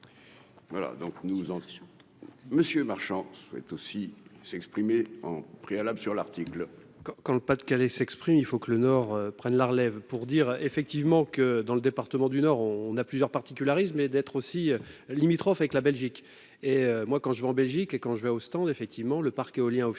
Monsieur Marchand souhaite aussi s'exprimer en préalable sur l'article. Quand le Pas-de-Calais s'exprime, il faut que le Nord prenne la relève pour dire effectivement que dans le département du Nord, on a plusieurs particularismes et d'être aussi limitrophe avec la Belgique et moi quand je vais en Belgique, et quand je vais au stand effectivement le parc éolien Offshore,